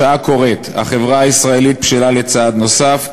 השעה קוראת: החברה הישראלית בשלה לצעד נוסף,